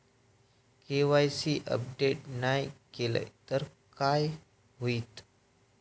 KYC update नाय केलय तर काय होईत?